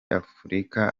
afurika